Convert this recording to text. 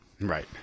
right